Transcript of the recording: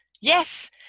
yes